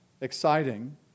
exciting